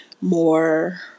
more